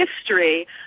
history